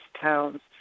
towns